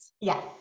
Yes